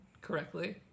correctly